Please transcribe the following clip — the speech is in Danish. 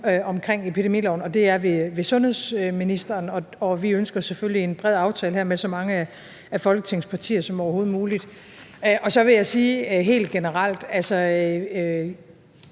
om epidemiloven, og det er ved sundhedsministeren, og vi ønsker selvfølgelig en bred aftale med så mange af Folketingets partier som overhovedet muligt. Og så vil jeg helt generelt sige,